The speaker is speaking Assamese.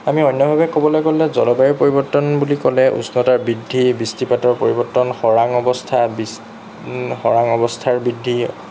আমি অন্যভাৱে ক'বলৈ গ'লে জলবায়ু পৰিৱৰ্তন বুলি ক'লে উষ্ণতা বৃদ্ধি বৃষ্টিপাতৰ পৰিৱৰ্তন খৰাং অৱস্থা খৰাং অৱস্থাৰ বৃদ্ধি